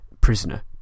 prisoner